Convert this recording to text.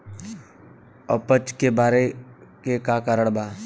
अपच के का कारण बा?